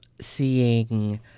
seeing